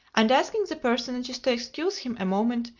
and asking the personages to excuse him a moment,